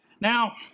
Now